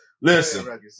Listen